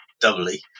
doubly